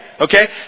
Okay